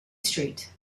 street